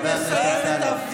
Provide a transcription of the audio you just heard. חברת הכנסת שיר.